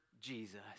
Jesus